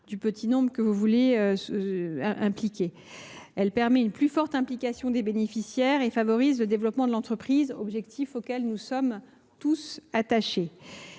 « part extrêmement restreinte ». Il permet une plus forte implication des bénéficiaires et favorise le développement de l’entreprise, objectif auquel nous sommes tous attachés.